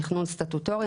תכנון סטטוטורי.